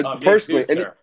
personally